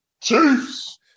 Chiefs